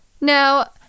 Now